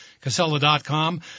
Casella.com